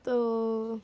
তো